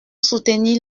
soutenir